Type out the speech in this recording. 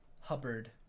Hubbard